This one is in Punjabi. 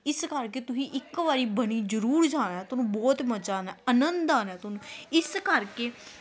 ਇਸ ਕਰਕੇ ਤੁਸੀਂ ਇੱਕੋ ਵਾਰੀ ਬਨੀ ਜ਼ਰੂਰ ਜਾਣਾ ਤੁਹਾਨੂੰ ਬਹੁਤ ਮਜ਼ਾ ਆਉਣਾ ਅਨੰਦ ਆਉਣਾ ਤੁਹਾਨੂੰ ਇਸ ਕਰਕੇ